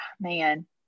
man